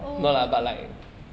oh okay okay